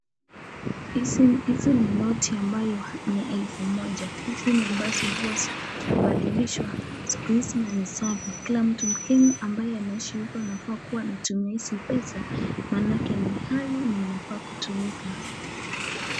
Hizi ni noti ambaye ni elfu moja hizi ni ambazo huwa imepandiliswa siku hizi na ni safi, Kila mtu mkenya ambaye anaishi anafaa kua kutumia hizi pesa manake ni hali na inafaa kutumikia.